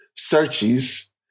searches